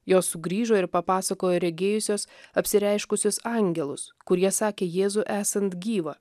jos sugrįžo ir papasakojo regėjusios apsireiškusius angelus kurie sakė jėzų esant gyvą